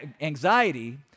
Anxiety